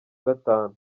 gatanu